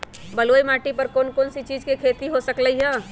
बलुई माटी पर कोन कोन चीज के खेती हो सकलई ह?